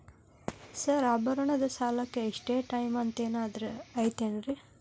Sir ಆಭರಣದ ಸಾಲಕ್ಕೆ ಇಷ್ಟೇ ಟೈಮ್ ಅಂತೆನಾದ್ರಿ ಐತೇನ್ರೇ?